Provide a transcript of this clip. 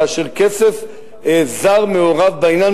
כאשר כסף זר מעורב בעניין.